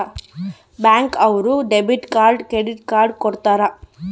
bank ಅವ್ರು debit card credit card ಕೊಡ್ತಾರ